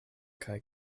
kaj